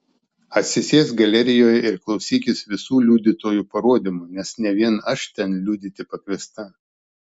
atsisėsk galerijoje ir klausykis visų liudytojų parodymų nes ne vien aš ten liudyti pakviesta